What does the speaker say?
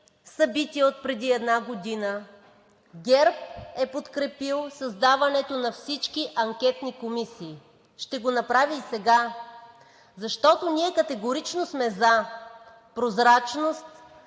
събития отпреди една година. ГЕРБ е подкрепил създаването на всички анкетни комисии, ще го направи и сега, защото ние категорично сме „за“ прозрачност